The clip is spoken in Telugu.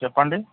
చెప్పండి